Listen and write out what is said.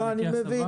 אני מבין